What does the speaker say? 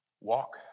Walk